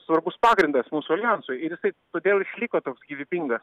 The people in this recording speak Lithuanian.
svarbus pagrindas mūsų aljansui ir jisai todėl išliko toks gyvybingas